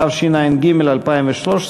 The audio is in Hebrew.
התשע"ג 2013,